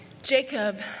Jacob